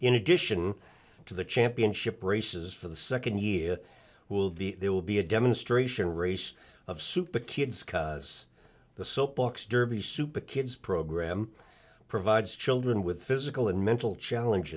in addition to the championship races for the second year will be there will be a demonstration race of suit the kids cuz the soap box derby super kids program provides children with physical and mental challenge